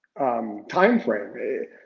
timeframe